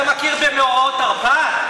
אתה מכיר במאורעות תרפ"ט?